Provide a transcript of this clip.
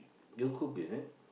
you cook is it